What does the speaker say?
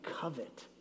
covet